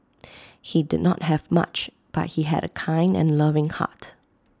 he did not have much but he had A kind and loving heart